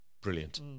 brilliant